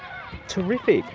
terrific.